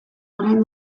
orain